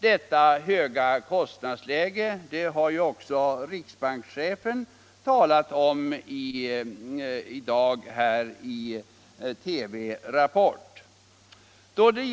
Det höga kostnadsläget har också riksbankschefen talat om i dag i Rapport i TV.